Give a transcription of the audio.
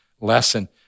lesson